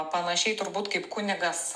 panašiai turbūt kaip kunigas